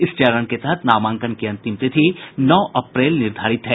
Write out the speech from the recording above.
इस चरण के तहत नामांकन की अंतिम तिथि नौ अप्रैल निर्धारित है